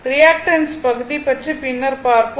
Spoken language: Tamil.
ரியாக்டன்ஸ் பகுதி பற்றி பின்னர் பார்ப்போம்